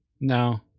No